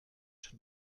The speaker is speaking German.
schon